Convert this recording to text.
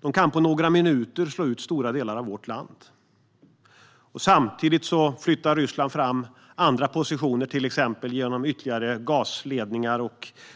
De kan på några minuter slå ut stora delar av vårt land. Samtidigt flyttar Ryssland fram andra positioner, till exempel genom ytterligare gasledningar